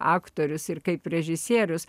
aktorius ir kaip režisierius